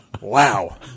wow